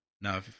Now